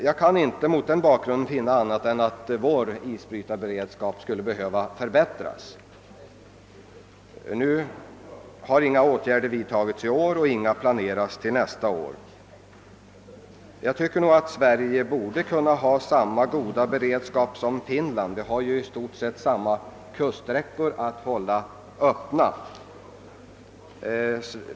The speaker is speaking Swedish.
Jag kan mot denna bakgrund inte finna annat än att vår isbrytarberedskap skulle behöva förbättras. Men inga åtgärder har vidtagits i år och inga planeras heller till nästa år enligt interpellationssvaret. Jag tycker att Sverige borde kunna upprätthålla samma goda beredskap som Finland. Det är ju i stort sett vid motsvarande kuststräckor som de båda länderna måste hålla farvattnen öppna.